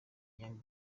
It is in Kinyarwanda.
young